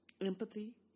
empathy